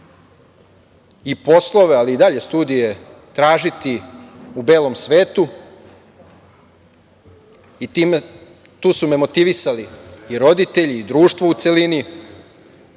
i poslove, ali i dalje studije tražiti u belom svetu i tu su me motivisali roditelji i društvo u celini.